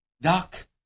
Doc